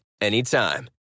anytime